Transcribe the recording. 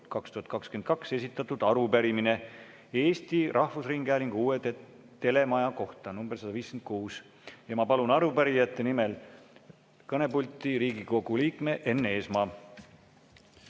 2022 esitatud arupärimine Eesti Rahvusringhäälingu uue telemaja kohta (nr 156). Ma palun arupärijate nimel kõnepulti Riigikogu liikme Enn Eesmaa.